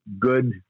good